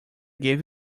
gave